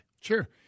Sure